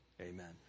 Amen